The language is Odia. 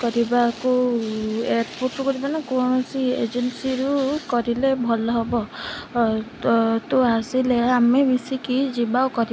କରିବାକୁ ଏୟାରପୋର୍ଟ୍ରେ କରିବ ନା କୌଣସି ଏଜେନ୍ସିରୁ କରିଲେ ଭଲ ହେବ ତୁ ଆସିଲେ ଆମେ ମିଶିକି ଯିବା କରିବା